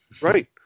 Right